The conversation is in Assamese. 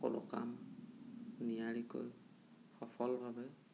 সকলো কাম নিয়াৰিকৈ সফলভাৱে